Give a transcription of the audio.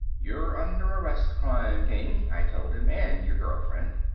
you're under arrest, crime-king, i told him. and your girl friend.